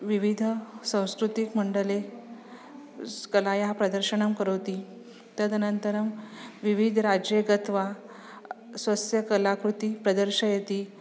विविधसांस्कृतिकमण्डले कलायाः प्रदर्शनं करोति तदनन्तरं विविधराज्ये गत्वा स्वस्य कलाकृतिं प्रदर्शयति